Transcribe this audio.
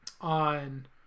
On